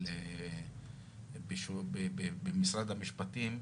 במשרד המשפטים,